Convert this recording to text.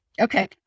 Okay